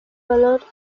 valor